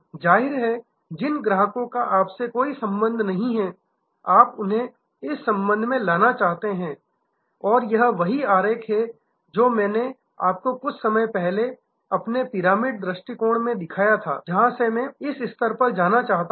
जाहिर है जिन ग्राहकों का आपसे कोई संबंध नहीं है आप उन्हें इस संबंध में ले जाना चाहते हैं यह वही आरेख है जो मैंने आपको कुछ समय पहले अपने पिरामिड दृष्टिकोण से दिखाया था जहां से मैं इस स्तर पर जाना चाहता हूं